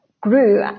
grew